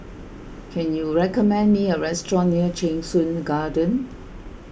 can you recommend me a restaurant near Cheng Soon Garden